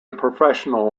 professional